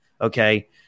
okay